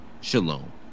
Shalom